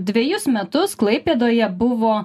dvejus metus klaipėdoje buvo